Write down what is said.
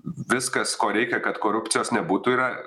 viskas ko reikia kad korupcijos nebūtų yra